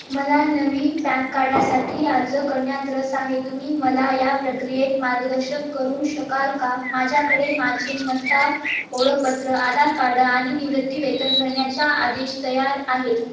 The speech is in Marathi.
मला नवीन पॅन कार्डासाठी अर्ज करण्यात रस आहे तुम्ही मला या प्रक्रियेत मार्गदर्शन करू शकाल का माझ्याकडे माझे मतदार ओळखपत्र आधार कार्ड आणि निवृत्ती वेतन भरण्याच्या आदेश तयार आहेत